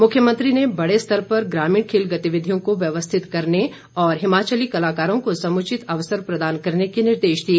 मुख्यमंत्री ने बड़े स्तर पर ग्रामीण खेल गतिविधियों को व्यवस्थित करने और हिमाचली कलाकारों को समुचित अवसर प्रदान करने के निर्देश दिए